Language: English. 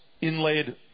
inlaid